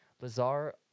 Lazar